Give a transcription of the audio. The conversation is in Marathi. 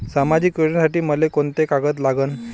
सामाजिक योजनेसाठी मले कोंते कागद लागन?